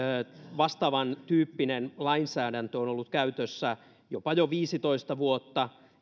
vastaavantyyppinen lainsäädäntö on ollut käytössä jo jopa viisitoista vuotta